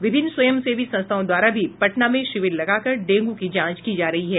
विभिन्न स्वयं सेवी संस्थाओं द्वारा भी पटना में शिविर लगाकर डेंगू की जांच की जा रही है